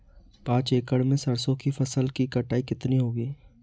पांच एकड़ में सरसों की फसल की कटाई कितनी होगी?